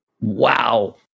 Wow